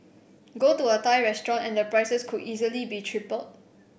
go to a Thai restaurant and the prices could easily be tripled